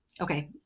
okay